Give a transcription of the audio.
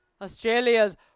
Australia's